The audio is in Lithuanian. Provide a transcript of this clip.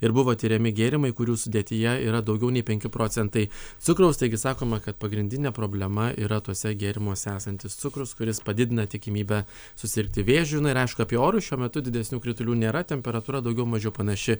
ir buvo tiriami gėrimai kurių sudėtyje yra daugiau nei penki procentai cukraus taigi sakoma kad pagrindinė problema yra tuose gėrimuose esantis cukrus kuris padidina tikimybę susirgti vėžiu na ir aišku apie orus šiuo metu didesnių kritulių nėra temperatūra daugiau mažiau panaši